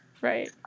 Right